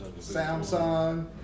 Samsung